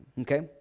okay